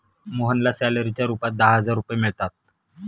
मोहनला सॅलरीच्या रूपात दहा हजार रुपये मिळतात